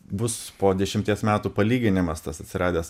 bus po dešimties metų palyginimas tas atsiradęs